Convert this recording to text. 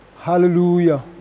Hallelujah